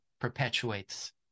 perpetuates